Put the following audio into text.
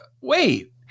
Wait